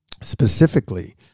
specifically